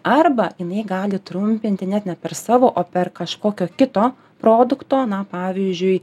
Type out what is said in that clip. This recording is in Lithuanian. arba jinai gali trumpinti net ne per savo o per kažkokio kito produkto na pavyžiui